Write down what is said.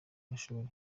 amashuri